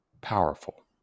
powerful